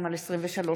פיננסי,